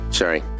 sorry